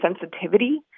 sensitivity